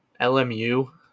LMU